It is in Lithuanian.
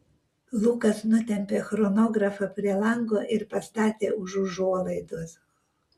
lukas nutempė chronografą prie lango ir pastatė už užuolaidos